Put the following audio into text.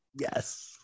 Yes